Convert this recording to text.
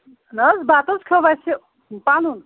نہٕ حظ بتہٕ حظ کھیوٚو اَسہِ پَنُن